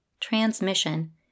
Transmission